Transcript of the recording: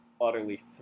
utterly